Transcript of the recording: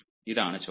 ഇതാണ് ചോദ്യം